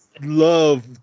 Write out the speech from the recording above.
love